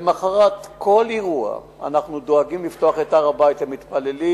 למחרת כל אירוע אנחנו דואגים לפתוח את הר-הבית למתפללים.